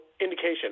indication